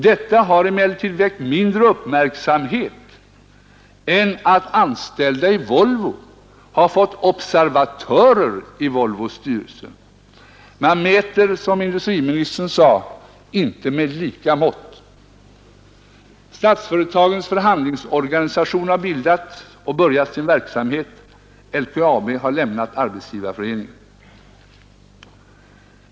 Detta har emellertid väckt mindre uppmärksamhet än att de anställda i Volvo har fått observatörer i Volvos styrelse. Man mäter, som industriministern sade, inte med lika mått. Statsföretagens förhandlingsorganisation har bildats och börjat sin verksamhet. LKAB har lämnat Arbetsgivareföreningen.